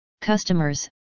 customers